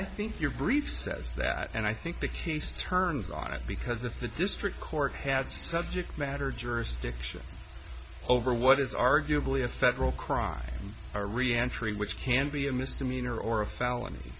i think your brief says that and i think the case turns on it because if the district court have subject matter jurisdiction over what is arguably a federal crime or reentry which can be a misdemeanor or a felony